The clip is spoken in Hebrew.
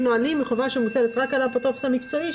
נהלים היא חובה שמוטלת רק על האפוטרופוס המקצועי,